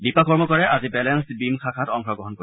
দীপা কৰ্মকাৰে আজি balanced beam শাখাত অংশগ্ৰহণ কৰিব